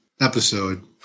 episode